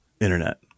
internet